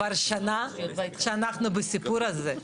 כבר שנה שאנחנו בסיפור הזה.